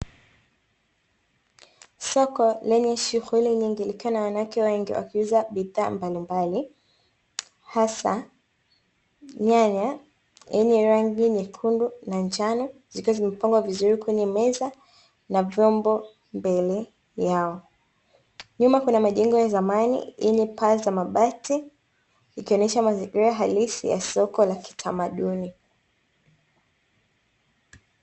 Soko lenye shughuli nyingi likiwa na wanawake wengi wakiuza bidhaa mbilimbali hasa nyanya zenye rangi nyekundu na njano, zikiwa zimepangwa vizuri kwenye meza na vyombo mbele yao. Nyuma kuna majengo ya zamani yenye paa za mabati ikionesha mazingira halisi ya soko la kitamaduni.